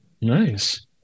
Nice